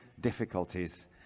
difficulties